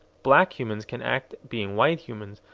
black humans can act being white humans,